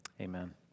amen